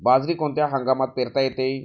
बाजरी कोणत्या हंगामात पेरता येते?